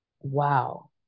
wow